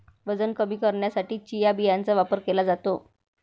वजन कमी करण्यासाठी चिया बियांचा वापर केला जातो